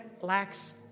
lacks